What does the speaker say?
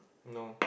no